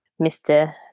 Mr